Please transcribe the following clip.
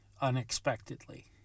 unexpectedly